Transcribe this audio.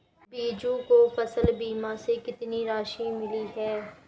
बीजू को फसल बीमा से कितनी राशि मिली है?